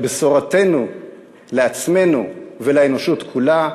את בשורתנו לעצמנו ולאנושות כולה,